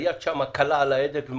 היד שם קלה על ההדק,